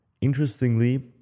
Interestingly